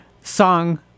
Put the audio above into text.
song